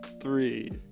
Three